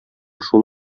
шул